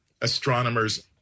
astronomers